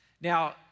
Now